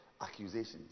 accusations